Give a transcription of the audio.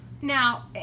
Now